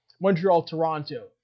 Montreal-Toronto